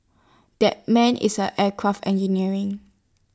that man is an aircraft engineering